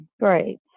Great